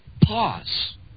pause